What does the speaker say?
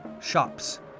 shops